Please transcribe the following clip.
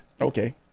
Okay